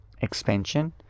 expansion